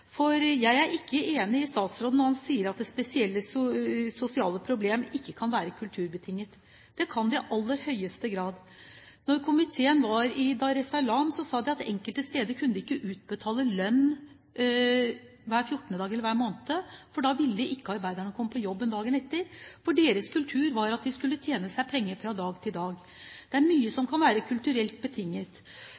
for jeg er ikke enig med statsråden når han sier at spesielle sosiale problemer ikke kan være kulturbetinget. Det kan det i aller høyeste grad. Da komiteen var i Dar-es-Salaam, sa de der at enkelte steder kunne de ikke utbetale lønn hver 14. dag eller hver måned, for da ville ikke arbeiderne komme på jobben dagen etter. Deres kultur var at de skulle tjene seg penger fra dag til dag. Det er mye som